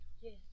Yes